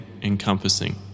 encompassing